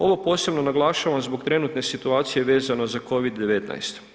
Ovo posebno naglašavam zbog trenutne situacije vezano za COVID-19.